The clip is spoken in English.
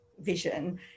vision